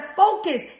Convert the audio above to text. focus